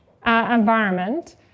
environment